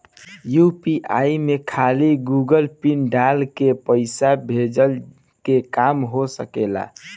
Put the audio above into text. UPI में खाली Google pin डाल के पईसा भेजला के काम हो होजा